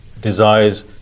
desires